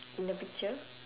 in the picture